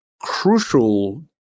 crucial